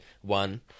one